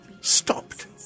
Stopped